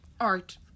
art